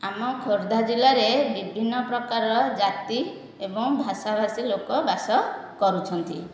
ଆମ ଖୋର୍ଦ୍ଧା ଜିଲ୍ଲାରେ ବିଭିନ୍ନ ପ୍ରକାର ଜାତି ଏବଂ ଭାଷାଭାଷି ଲୋକ ବାସକରୁଛନ୍ତି